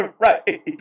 Right